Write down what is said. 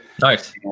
Nice